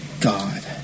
god